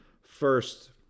First